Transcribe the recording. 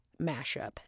mashup